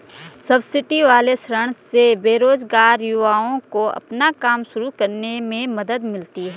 subsidy वाले ऋण से बेरोजगार युवाओं को अपना काम शुरू करने में मदद मिलती है